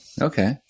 Okay